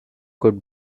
could